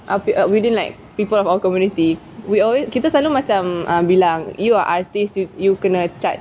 up it up within like people of our community we always kita selalu macam bilang you are artist you you gonna charge